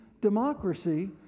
democracy